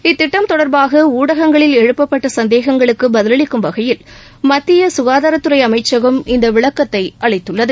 இத்திட்டம் தொடர்பாக ஊடகங்களில் எழுப்பப்பட்ட சந்தேகங்களுக்கு பதிலளிக்கும் வகையில் மத்திய சுகாதாரத்துறை அமைச்சகம் இந்த விளக்கத்தை அளித்துள்ளது